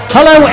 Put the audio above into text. Hello